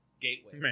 Gateway